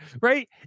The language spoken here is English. Right